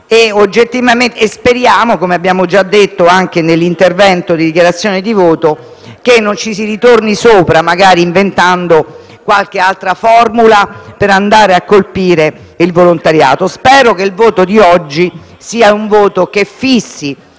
Speriamo, come abbiamo detto nell'intervento in dichiarazione di voto, che non ci si torni su, magari inventando qualche altra formula per colpire il volontariato. Spero che il voto di oggi fissi